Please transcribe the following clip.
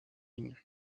ligne